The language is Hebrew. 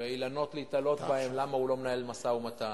ואילנות להיתלות בהם למה הוא לא מנהל משא-ומתן,